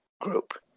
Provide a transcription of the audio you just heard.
group